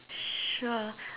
sure